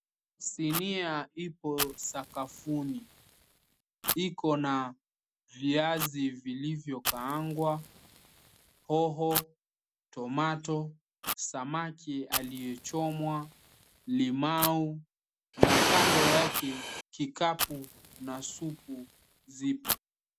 Sinia ipo sakafuni. Iko na viazi vilivyo kaangwa, hoho, tomato , samaki aliyechomwa, limau, na kando yake kikapu na supu zipo.